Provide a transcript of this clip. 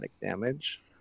damage